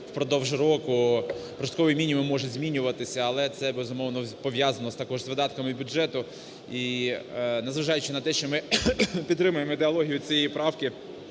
впродовж року прожитковий мінімум може змінювати, але це, безумовно, пов'язано також з видатками бюджету і, незважаючи на те, що ми підтримуємо ідеологію цієї правки,